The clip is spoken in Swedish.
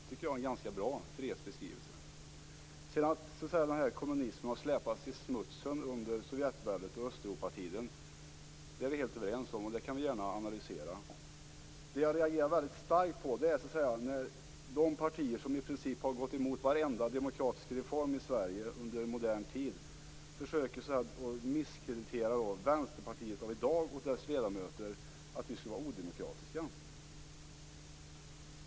Det tycker jag är en ganska bra fredsbeskrivning. Att denna kommunism har släpats i smutsen under Sovjetväldet och Östeuropatiden är vi helt överens om, och det kan vi gärna analysera. Det jag reagerar väldigt starkt inför är att de partier som i princip har gått emot varenda demokratisk reform i Sverige under modern tid försöker misskreditera Vänsterpartiet av i dag och dess ledamöter och säger att vi skulle vara odemokratiska.